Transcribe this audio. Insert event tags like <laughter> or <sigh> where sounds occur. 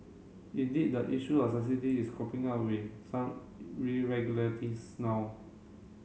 indeed the issue of subsidies is cropping up with some <unintelligible> regularities now